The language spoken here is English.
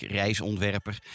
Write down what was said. reisontwerper